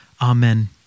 Amen